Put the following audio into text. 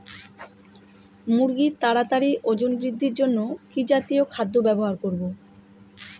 মুরগীর তাড়াতাড়ি ওজন বৃদ্ধির জন্য কি জাতীয় খাদ্য ব্যবহার করব?